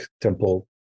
temple